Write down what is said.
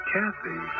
Kathy